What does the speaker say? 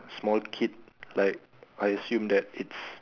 small kid like I assume that its